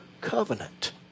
covenant